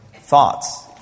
thoughts